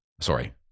Sorry